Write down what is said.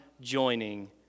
joining